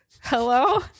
Hello